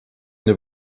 une